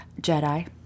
Jedi